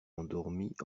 endormis